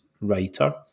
writer